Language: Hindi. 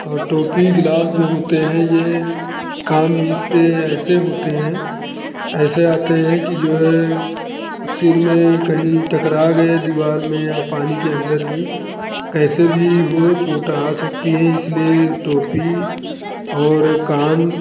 और टोपी ग्लास जो होते हैं ये काम इससे ऐसे होते हैं ऐसे आते हैं कि जो है ऊ सिर में कहीं टकरा गए दीवार में या पानी के अंदर ही कैसे भी हो चोट आ सकती हैं इसलिए टोपी और कान